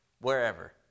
wherever